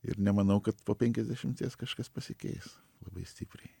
ir nemanau kad po penkiasdešimties kažkas pasikeis labai stipriai